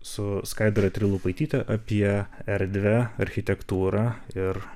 su skaidra trilupaityte apie erdvę architektūrą ir